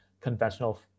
conventional